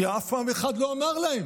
כי אף פעם אף אחד לא אמר להם,